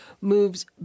moves